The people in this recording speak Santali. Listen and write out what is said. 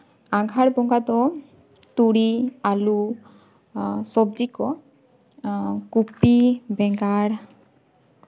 ᱟᱸᱜᱷᱟᱲ ᱵᱚᱸᱜᱟ ᱫᱚ ᱛᱩᱲᱤ ᱟᱹᱞᱩ ᱥᱚᱵᱡᱤ ᱠᱚ ᱠᱚᱯᱤ ᱵᱮᱸᱜᱟᱲ